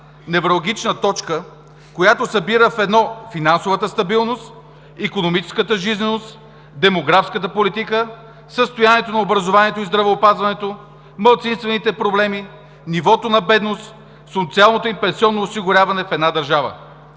невралгична точка, която събира в едно: финансовата стабилност, икономическата жизненост, демографската политика, състоянието на образованието и здравеопазването, малцинствените проблеми, нивото на бедност, социалното и пенсионното осигуряване в една държава.